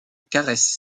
caresses